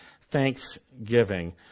thanksgiving